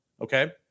Okay